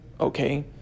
okay